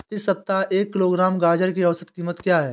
इस सप्ताह एक किलोग्राम गाजर की औसत कीमत क्या है?